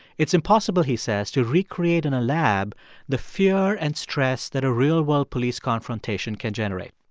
it's impossible, he says, to recreate in a lab the fear and stress that a real-world police confrontation can generate